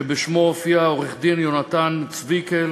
שבשמו הופיעו, עורך-דין יונתן צויקל